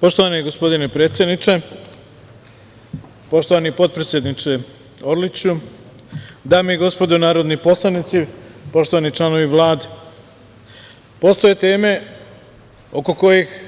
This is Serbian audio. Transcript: Poštovani gospodine predsedniče, poštovani potpredsedniče Orliću, dame i gospodo narodni poslanici, poštovani članovi Vlade, postoje teme oko kojih